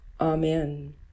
amen